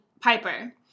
piper